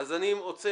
אז אני עוצר.